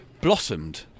blossomed